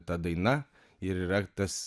ta daina ir yra tas